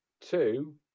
Two